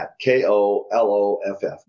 K-O-L-O-F-F